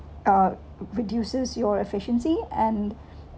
uh reduces your efficiency and